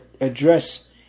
address